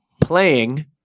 Playing